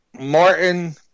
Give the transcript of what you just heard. Martin